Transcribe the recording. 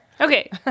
Okay